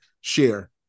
share